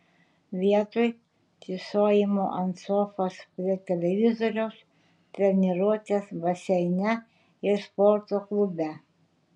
vietoj tysojimo ant sofos prie televizoriaus treniruotės baseine ir sporto klube